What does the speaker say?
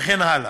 וכן הלאה.